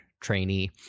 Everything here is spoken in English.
trainee